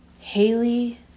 Haley